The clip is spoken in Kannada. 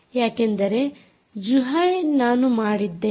ಯಾಕೆಂದರೆ ಜ್ಹುಹೈ ನಾನು ಮಾಡಿದ್ದೇನೆ